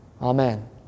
Amen